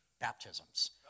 baptisms